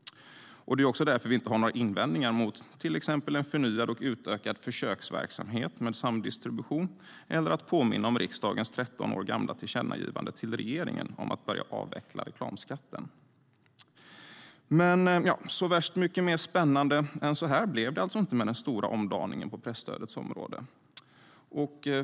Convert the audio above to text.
Därför har vi heller inga invändningar mot en förnyad och utökad försöksverksamhet med samdistribution eller mot att påminna om riksdagens 13 år gamla tillkännagivande till regeringen om att börja avveckla reklamskatten. Så värst mycket mer spännande än så blev det alltså inte med den stora omdaningen på presstödets område.